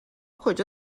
کجا